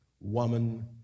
woman